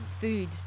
food